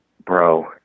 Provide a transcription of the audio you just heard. bro